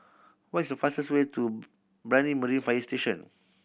what is the fastest way to Brani Marine Fire Station